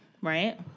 right